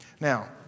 Now